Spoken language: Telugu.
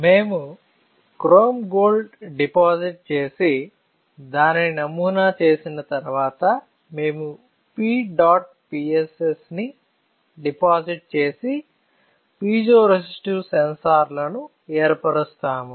మేము క్రోమ్ గోల్డ్ డిపాజిట్ చేసి దానిని నమూనా చేసిన తరువాత మేము PEDOT PSS ని డిపాజిట్ చేసి పీజోరెసిస్టివ్ సెన్సార్లను ఏర్పరుస్తాము